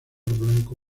blanco